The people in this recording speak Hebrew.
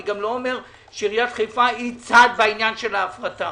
אני גם לא אומר שעיריית חיפה היא צד בעניין של ההפרטה.